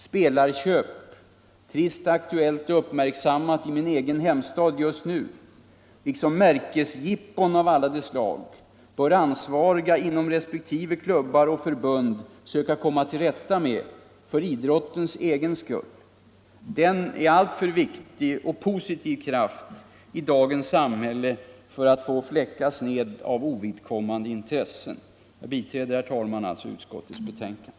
Spelarköp — trist aktuellt och uppmärksammat i min egen hemstad just nu — liksom märkesjippon av alla de slag bör ansvariga inom respektive klubbar och förbund söka komma till rätta med för idrottens egen skull. Den är en alltför viktig och positiv kraft i dagens samhälle för att få fläckas av ovidkommande intressen. Jag biträder alltså, herr talman, utskottets betänkande.